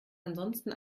ansonsten